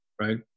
right